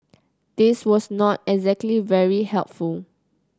this was not exactly very helpful